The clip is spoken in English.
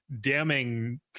damning